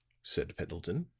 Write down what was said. said pendleton.